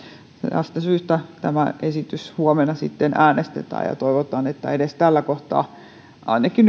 tästä syystä tämä esitys huomenna sitten äänestetään ja ja toivotaan että edes tällä kohtaa ainakin